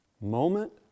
moment